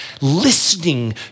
listening